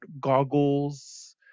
goggles